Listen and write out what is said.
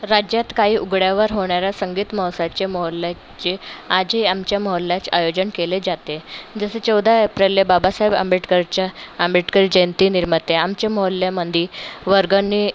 राज्यात काही उघड्यावर होणाऱ्या संगीत महोत्सवाचे मोहल्ल्याचे आजे आमच्या मोहल्ल्याच आयोजन केले जाते जसे चौदा एप्रेलले बाबासाहेब आंबेटकरच्या आंबेटकर जयंती निर्माते आमचे मोहल्ल्यामध्ये वर्गणी